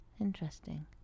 Interesting